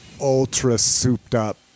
ultra-souped-up